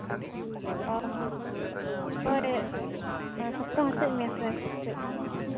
ᱚᱸᱻ ᱦᱚᱸ ᱦᱳᱭ ᱥᱚᱠᱛᱚ ᱦᱟᱹᱥᱩᱭᱮᱜ ᱢᱮᱭᱟ ᱥᱮ ᱠᱟᱹᱡ